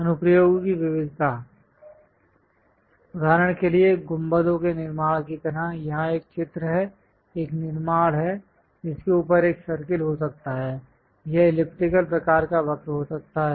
अनुप्रयोगों की विविधता उदाहरण के लिए गुंबदों के निर्माण की तरह यहाँ एक चित्र है एक निर्माण है जिसके ऊपर एक सर्कल हो सकता है यह इलिप्टिकल प्रकार का वक्र हो सकता है